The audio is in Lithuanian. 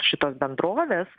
šitos bendrovės